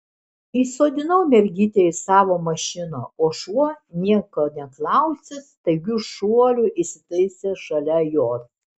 įsodinau mergytę į savo mašiną o šuo nieko neklausęs staigiu šuoliu įsitaisė šalia jos